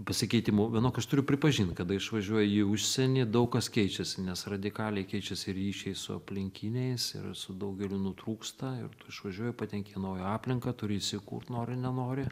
pasikeitimų vienok aš turiu pripažint kada išvažiuoju į užsienį daug kas keičiasi nes radikaliai keičiasi ryšiai su aplinkiniais ir su daugeliu nutrūksta ir tu išvažiuoji patenki į naują aplinką turi įsikurt nori nenori